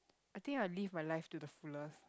I think I'll live my life to the fullest